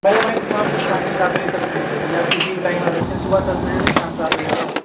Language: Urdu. بھائی ہماری دُکان تو شام کے سات بجے تک کُھلی رہے گی آپ کسی بھی ٹائم آ سکتے ہیں صُبح دس بجے سے شام سات بجے تک